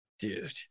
Dude